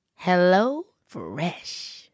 HelloFresh